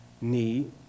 need